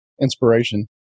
inspiration